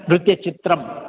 नृत्यचित्रम्